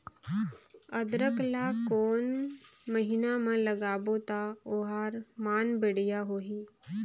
अदरक ला कोन महीना मा लगाबो ता ओहार मान बेडिया होही?